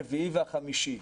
הרביעי והחמישי.